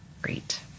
Great